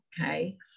Okay